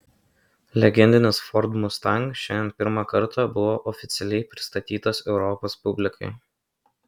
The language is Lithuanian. legendinis ford mustang šiandien pirmą kartą buvo oficialiai pristatytas europos publikai